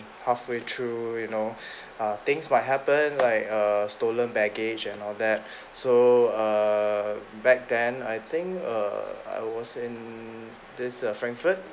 halfway through you know uh things might happen like a stolen baggage and all that so err back then I think err I was in this err frankfurt